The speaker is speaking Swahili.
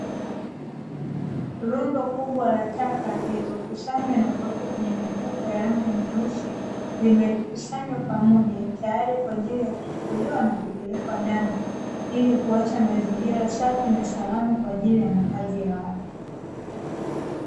Rundo kubwa la taka, zilizokusanywa na kuwekwa kwenye mifuko vya rangi nyeusi, zimekusanywa pamoja, tayari kwa ajili ya kuchukuliwa na kupelekwa dampo ili kuacha mazingira safi na salama kwa ajili ya makazi ya watu.